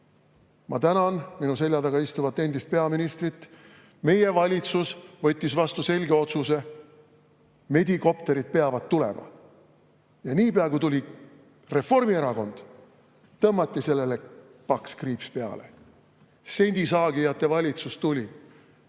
ma tänan minu selja taga istuvat endist peaministrit. Meie valitsus võttis vastu selge otsuse: medikopterid peavad tulema. Aga niipea, kui tuli Reformierakond, tõmmati sellele paks kriips peale. Sendisaagijate valitsus tuli